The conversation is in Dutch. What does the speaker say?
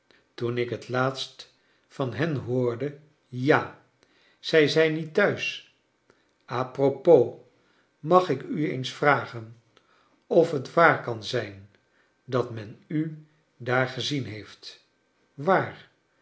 toen ik net laatst van hen hoorde ja zij zijn niet thuis a propos mag ik u eens vragen of het waar kan zijn dat men u daar gezien heeft waar